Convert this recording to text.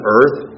earth